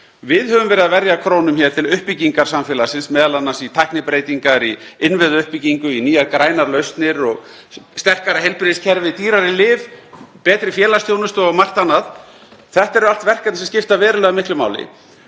Við höfum verið að verja krónum hér til uppbyggingar samfélagsins, m.a. í tæknibreytingar, í innviðauppbyggingu, í nýjar grænar lausnir og sterkara heilbrigðiskerfi, dýrari lyf, betri félagsþjónustu og margt annað. Þetta eru allt verkefni sem skipta verulega miklu máli.